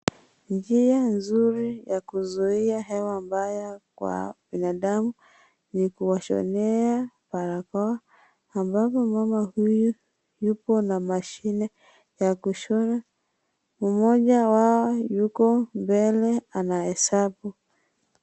Njia nzuri ya kuzuia hewa mbaya kwa binadamu ni kuwashonea barakoa ambapo mama huyu yupo na mashine ya kushona ,mmoja wao yuko mbele anahesabu.